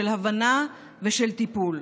של הבנה ושל טיפול.